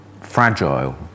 fragile